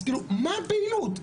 אז כאילו מה הבהילות?